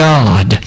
God